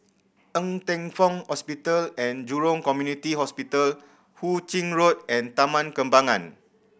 Ng Teng Fong Hospital And Jurong Community Hospital Hu Ching Road and Taman Kembangan